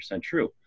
true